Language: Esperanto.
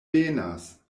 venas